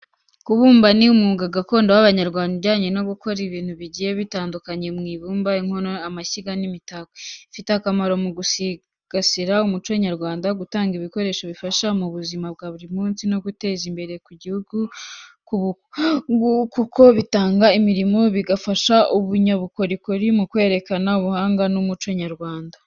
Kubumba ni umwuga gakondo w’abanyarwanda ujyanye no gukora ibintu bigiye bitandukanye mu ibumba, nk’inkono, amashyiga, n’imitako. Ufite akamaro mu gusigasira umuco nyarwanda, gutanga ibikoresho bifasha mu buzima bwa buri munsi, no guteza imbere ubukungu kuko binatanga imirimo, bigafasha abanyabukorikori mu kwerekana ubuhanga n’umuco nyarwanda.